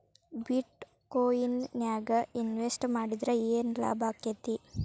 ಬಿಟ್ ಕೊಇನ್ ನ್ಯಾಗ್ ಇನ್ವೆಸ್ಟ್ ಮಾಡಿದ್ರ ಯೆನ್ ಲಾಭಾಕ್ಕೆತಿ?